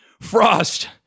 Frost